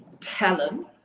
talent